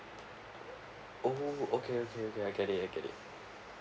oh okay okay okay I get it I get it